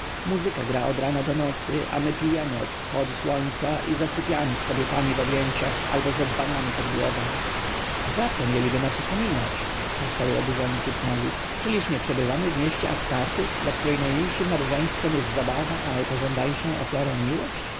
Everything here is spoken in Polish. muzyka gra od rana do nocy a my pijemy od wschodu słońca i zasypiamy z kobietami w objęciach albo ze dzbanami pod głową za co mieliby nas upominać odparł oburzony tutmozis czyliż nie przebywamy w mieście astarty dla której najmilszem nabożeństwem jest zabawa a najpożądańszą ofiarą miłość